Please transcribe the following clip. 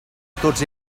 tots